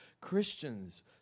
Christians